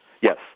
Yes